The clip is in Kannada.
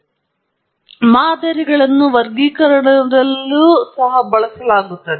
ಆದ್ದರಿಂದ ಮಾದರಿಗಳನ್ನು ವರ್ಗೀಕರಣದಲ್ಲಿಯೂ ಸಹ ಬಳಸಲಾಗುತ್ತದೆ